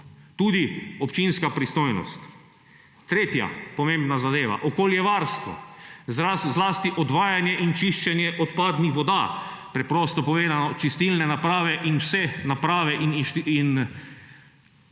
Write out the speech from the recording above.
tudi občinska pristojnost. Tretja pomembna zadeva, okoljevarstvo, zlasti odvajanje in čiščenje odpadnih voda; preprosto povedano čistilne naprave in vse naprave ter